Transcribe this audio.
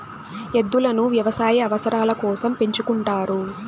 ఎద్దులను వ్యవసాయ అవసరాల కోసం పెంచుకుంటారు